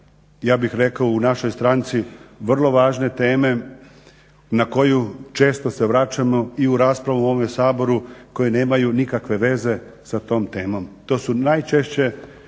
ja bih rekao u našoj stranici, vrlo važne teme na koju često se vraćamo i u raspravu u ovome Saboru koje nemaju nikakve veze sa tom temom.